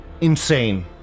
insane